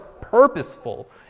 purposeful